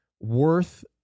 worth